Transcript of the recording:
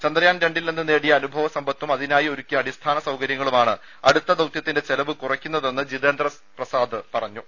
ചന്ദ്രയാൻ രണ്ടിൽ നിന്ന് നേടിയ അനുഭവ സമ്പത്തും അതിനായി ഒരുക്കിയ അടിസ്ഥാന സൌകര്യങ്ങളുമാണ് അടുത്ത ദൌതൃത്തിന്റെ ചെലവ് കുറയ്ക്കു ന്നതെന്ന് ജിതേന്ദ്രപ്രസാദ് അറിയിച്ചു